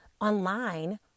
online